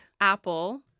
Apple